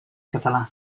català